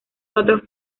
cuatro